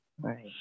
Right